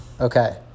Okay